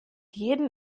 jeden